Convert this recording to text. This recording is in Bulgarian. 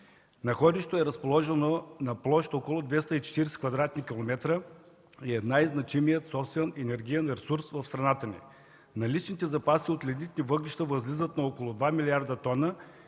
Находището е разположено на площ от около 240 кв. км и е най-значимият собствен енергиен ресурс в страната ни. Наличните запаси от лигнитни въглища възлизат на около 2 млрд. тона